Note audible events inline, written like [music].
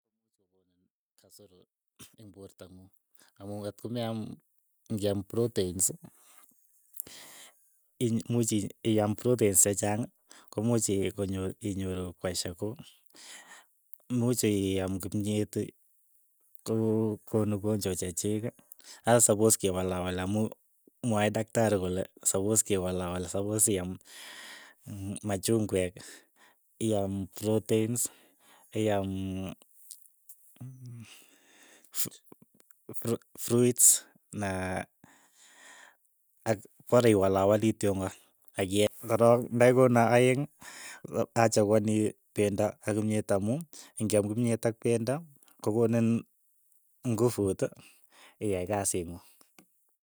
[hesitation] eng' poorto ng'ung akomng'ot ko meam ngiam protens imuuchi iyam proteinss chechang komuuch ii konyor inyoru kwashiakoo, muuch ii aam kimyet ko kokoon ugonchwa chechiik, asa sapos kewalawali amu mwae taktari kole sapos kewalawali sapos iaam mm- macchungwek, iaam proteina, iaam fu- fru- fruits na ak pora iwalwali kityongan akie [unintelligible] korook nda kikona aeng' a- a achakuani pendo ak kimyet amu ingiaam kimyet ak pendo kokoniin ngufuut iaai kasiit ng'ung.